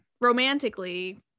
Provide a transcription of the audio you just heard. romantically